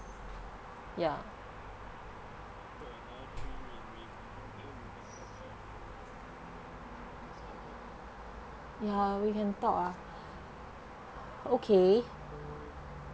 ya ya we can talk ah okay